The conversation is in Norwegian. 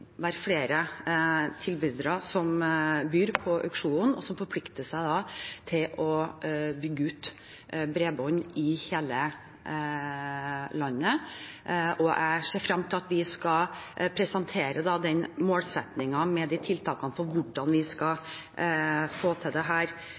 være flere tilbydere som byr på auksjonen, og som forplikter seg til å bygge ut bredbånd i hele landet. Jeg ser frem til at vi skal presentere målsettingen og tiltakene for hvordan vi skal